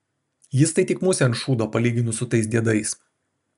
jis tai tik musė ant šūdo palyginus su tais diedais